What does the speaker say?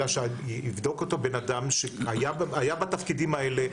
אלא שיבדוק אותו בן אדם שהיה בתפקידים האלה,